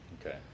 Okay